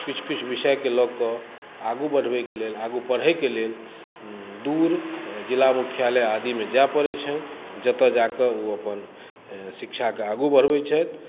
किछु किछु विषयके लअ कऽ आगू बढ़बैके लेल आगू पढ़ैके लेल दूर जिला मुख्यालय आदिमे जाइ पड़ै छन्हि जतय जाकऽ ओ अपन शिक्षाके आगू बढ़बै छथि